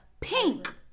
Pink